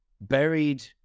buried